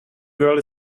girl